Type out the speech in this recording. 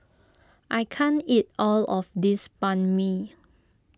I can't eat all of this Banh Mi